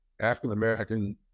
African-American